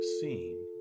seen